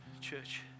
church